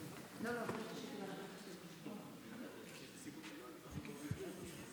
תודה רבה, אדוני היושב-ראש.